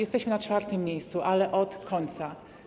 Jesteśmy na czwartym miejscu, ale od końca.